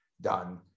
done